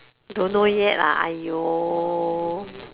don't know yet ah !aiyo!